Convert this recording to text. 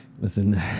listen